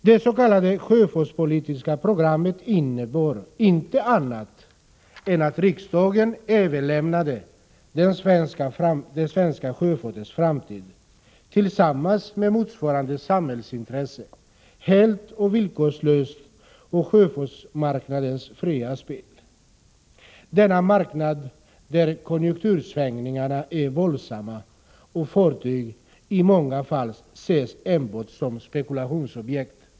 Det s.k. sjöfartspolitiska programmet innebär inte annat än att riksdagen helt och villkorslöst överlämnade den svenska sjöfartens framtid, tillsammans med motsvarande samhällsintressen, åt sjöfartsmarknadens fria spel, denna marknad där konjunktursvängningarna är våldsamma och fartyg i många fall enbart ses som spekulationsobjekt.